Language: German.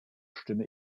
stimme